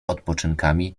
odpoczynkami